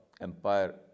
empire